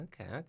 okay